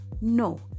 no